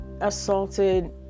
assaulted